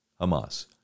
Hamas